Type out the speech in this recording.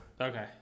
Okay